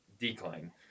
decline